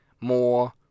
more